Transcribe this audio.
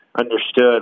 understood